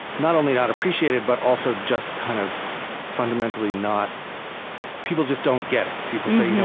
not only not appreciated, but also, just kind of fundamentally not people just don't get it. people say, you know